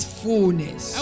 fullness